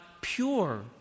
pure